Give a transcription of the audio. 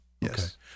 Yes